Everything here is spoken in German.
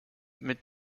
mit